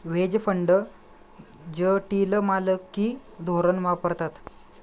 veg fund जटिल मालकी धोरण वापरतात